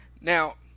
Now